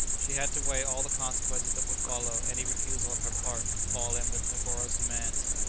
she had to weigh all the consequences that would follow any refusal on her part to fall in with negoro's demands.